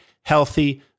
healthy